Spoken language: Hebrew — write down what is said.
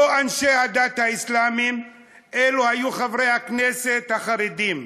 לא אנשי הדת האסלאמים, אלו היו חברי הכנסת החרדים.